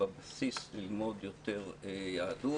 בבסיס ללמוד יותר יהדות.